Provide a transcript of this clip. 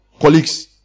colleagues